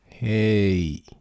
Hey